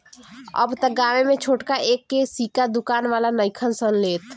अब त गांवे में छोटका एक के सिक्का दुकान वाला नइखन सन लेत